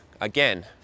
again